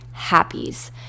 happies